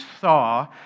saw